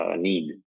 need